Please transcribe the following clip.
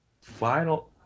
final